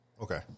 Okay